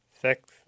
six